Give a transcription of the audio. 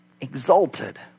exalted